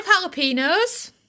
jalapenos